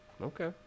okay